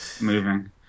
moving